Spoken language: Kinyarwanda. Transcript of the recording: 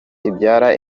ibyara